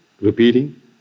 repeating